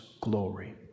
glory